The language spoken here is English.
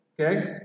okay